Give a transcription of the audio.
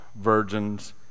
virgins